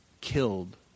killed